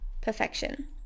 perfection